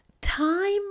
Time